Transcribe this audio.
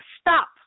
stop